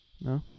No